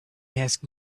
ask